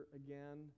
again